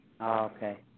Okay